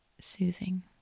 soothing